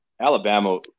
Alabama